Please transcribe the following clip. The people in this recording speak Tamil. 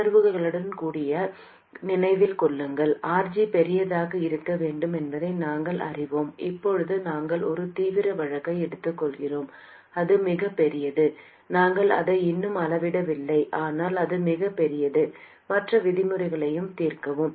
உள்ளுணர்வுடன் கூட நினைவில் கொள்ளுங்கள் RG பெரியதாக இருக்க வேண்டும் என்பதை நாங்கள் அறிவோம் இப்போது நாங்கள் ஒரு தீவிர வழக்கை எடுத்துக்கொள்கிறோம் அது மிகப் பெரியது நாங்கள் அதை இன்னும் அளவிட வில்லை ஆனால் அது மிகப் பெரியது மற்ற விதிமுறைகளை தீர்க்கவும்